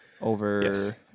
over